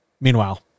Meanwhile